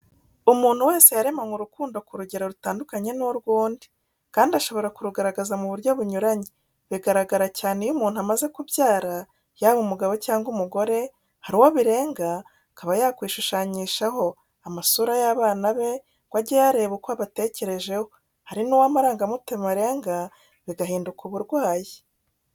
Umuntu wese yaremanywe urukundo ku rugero rutandukanye n'urw'undi, kandi ashobora kurugaragaza mu buryo bunyuranye. Bigaragara cyane iyo umuntu amaze kubyara, yaba umugabo cyangwa umugore, hari uwo birenga akaba yakwishushanyishaho amasura y'abana be ngo ajye ayarebaho uko abatekerejeho, hari n'uwo amarangamutima arenga bigahinduka uburwayi.